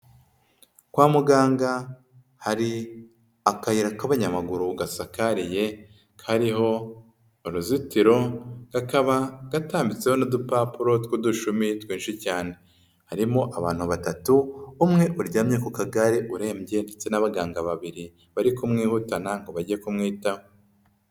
Kwa muganga hari akayira k'abanyamaguru gasakariye, kariho uruzitiro kakaba gatambitseho n'dupapuro tw'udushumi twinshi cyane. Harimo abantu batatu, umwe uryamye ku kagare urembye ndetse n'abaganga babiri, bari kumwihutana ngo bajye kumwitaho.